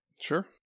sure